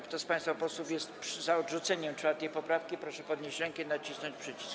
Kto z państwa posłów jest za odrzuceniem 4. poprawki, proszę podnieść rękę i nacisnąć przycisk.